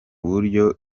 buryo